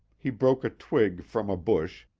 he broke a twig from a bush,